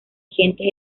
gentes